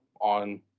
on